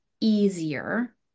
easier